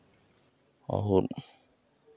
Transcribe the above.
और